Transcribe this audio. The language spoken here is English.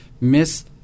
miss